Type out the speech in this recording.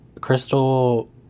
Crystal